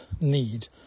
need